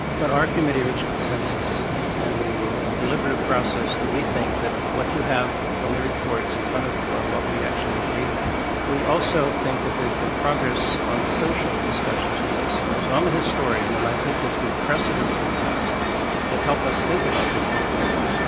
but our committee reached consensus and we ah delivered a process that we think that what you have from the reports in front of you are what we actually agreed upon. we also think that there has been progress on the social discussions with this. so i'm a historian, and i think there has been precedence in the past that help us think about this more clearly.